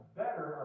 better